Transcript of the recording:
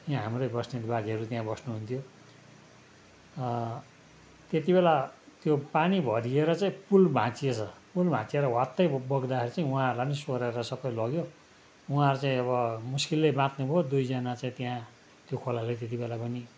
यहाँ हाम्रै बस्नेत बाजेहरू त्यहाँ बस्नुहुन्थ्यो त्यति बेला त्यो पानी भरिएर चाहिँ पुल भाँचिएछ पुल भाँचिएर ह्वात्तै बग्दाखेरि चाहिँ उहाँहरूलाई पनि सोहोरेर सबै लग्यो उहाँहरू चाहिँ अब मुस्किलले बाच्नुभयो दुई जाना चाहिँ त्यहाँ त्यो खोलाले त्यति बेला पनि